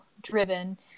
driven